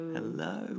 Hello